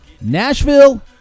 Nashville